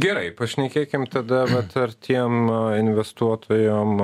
gerai pašnekėkim tada vat ar tiem investuotojam